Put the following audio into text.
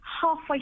Halfway